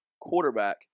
Quarterback